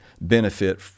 benefit